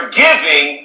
giving